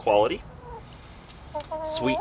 quality sweet